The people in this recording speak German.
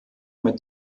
mit